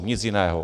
Nic jiného.